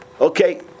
Okay